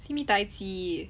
si mi tai ji